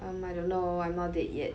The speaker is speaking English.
um I don't know I'm not dead yet